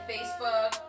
Facebook